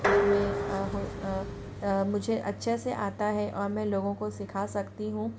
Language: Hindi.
उसमें मुझे अच्छे से आता है और मैं लोगों को सिखा सकती हूँ